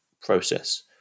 process